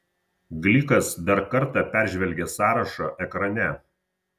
glikas dar kartą peržvelgė sąrašą ekrane